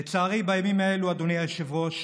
לצערי, בימים האלה, אדוני היושב-ראש,